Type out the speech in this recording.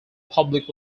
public